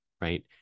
right